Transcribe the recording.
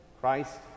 Christ